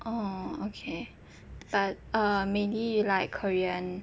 oh okay but uh maybe like korean